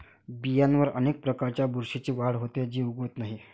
बियांवर अनेक प्रकारच्या बुरशीची वाढ होते, जी उगवत नाही